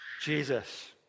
Jesus